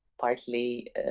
partly